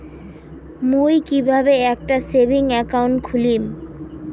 মুই কিভাবে একটা সেভিংস অ্যাকাউন্ট খুলিম?